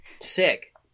Sick